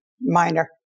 minor